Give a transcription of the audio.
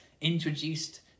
introduced